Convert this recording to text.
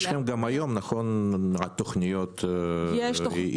יש גם היום תוכניות לעידוד.